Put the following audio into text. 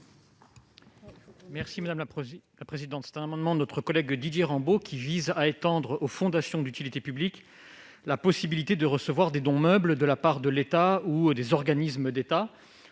M. Julien Bargeton. Cet amendement de notre collègue Didier Rambaud vise à étendre aux fondations d'utilité publique la possibilité de recevoir des dons meubles de la part de l'État ou des organismes d'État.